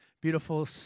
beautiful